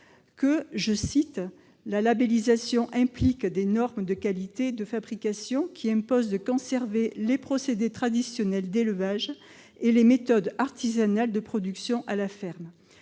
montagnards :« La labellisation implique des normes de qualité et de fabrication qui imposent de conserver les procédés traditionnels d'élevage et les méthodes artisanales de production à la ferme.